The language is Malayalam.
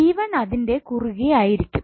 V1 അതിന്റെ കുറുകെ ആയിരിക്കും